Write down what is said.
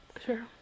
Sure